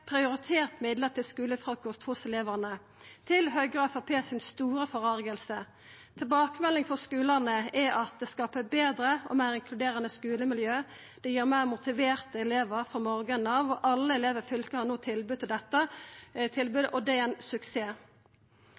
prioritert midlar til skulefrukost for elevane – til stor forarging for Høgre og Framstegspartiet. Tilbakemeldinga frå skulane er at det skaper betre og meir inkluderande skulemiljø, og det gir meir motiverte elevar frå morgonen av. Alle elevar i fylket har no tilbud om dette, og det er ein suksess.